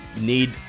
need